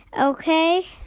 okay